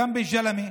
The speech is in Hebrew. גם בג'למה.